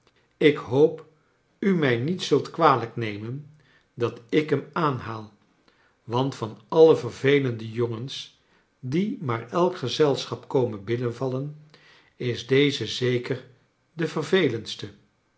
ik hoop u mij niet zult kwalijk nemen dat ik hem aanhaal want van alle verve lende jongens die maar elk gezelschap komen binnenvallen is deze zeker de vervelendste